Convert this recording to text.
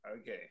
okay